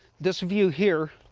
this view here